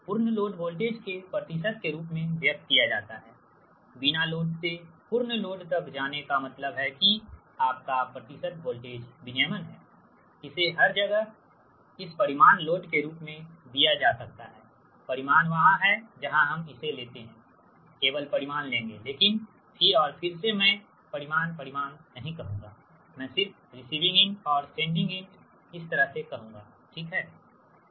पूर्ण load voltage के प्रतिशत के रूप में व्यक्त किया जाता है बिना लोड से पूर्ण लोड तक जाने का मतलब है कि आपका प्रतिशत वोल्टेज विनियमन है इसे हर जगह इस परिमाण लोड के रूप में दिया जा सकता है परिमाण वहां है जहां हम इसे लेते हैं केवल परिमाण लेंगे लेकिन फिर और फिर से मैं परिमाण परिमाण नहीं कहूँगा मैं सिर्फ रिसीविंग एंड और सेंडिंग एंड इस तरह से कहूँगा ठीक है